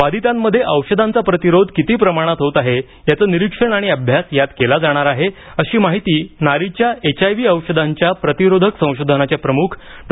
बाधितांमध्ये औषधांचा प्रतिरोध किती प्रमाणात होत आहे याचं निरीक्षण आणि अभ्यास यात केला जाणार आहे अशी माहिती नारीच्या एचआयव्ही औषधांच्या प्रतिरोधक संशोधनाच्या प्रमुख डॉ